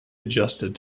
adjusted